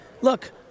look